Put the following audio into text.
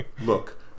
look